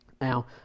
Now